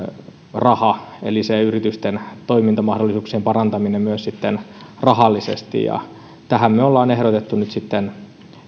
raha eli yritysten toimintamahdollisuuksien parantaminen rahallisesti ja tähän me olemme ehdottaneet nyt